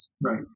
Right